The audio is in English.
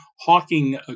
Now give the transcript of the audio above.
hawking